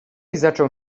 zaczął